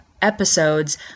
episodes